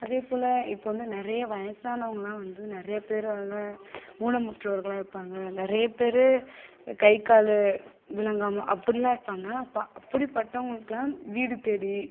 அதேபோல் இப்போ வந்து நிறைய வயசானவங்கலாம் வந்து நிறையா பேரால் ஊனமுற்றோர்கள்லாம் இருப்பாங்க நிறைய பேர் கை கால் விளங்காமல் அப்படிலாம் இருப்பாங்க அப்போ அப்படிப்பட்டவங்களுக்குலாம் வீடு தேடி